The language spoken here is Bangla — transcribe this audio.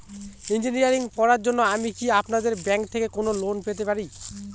ইঞ্জিনিয়ারিং পড়ার জন্য আমি কি আপনাদের ব্যাঙ্ক থেকে কোন লোন পেতে পারি?